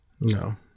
No